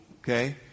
okay